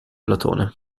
platone